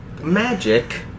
Magic